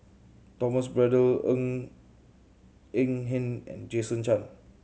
Thomas Braddell Ng Eng Hen and Jason Chan